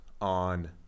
on